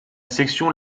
section